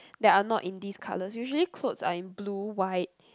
that are not in these colours usually clothes are in blue white